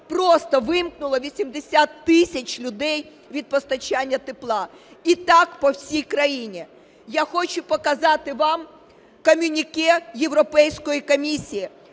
просто вимкнув 80 тисяч людей від постачання тепла. І так по всій країні. Я хочу показати вам комюніке Європейської комісії,